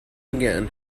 again